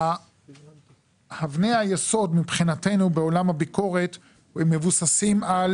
אבני היסוד מבחינתנו בעולם הביקורת מבוססים על